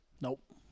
Nope